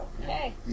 Okay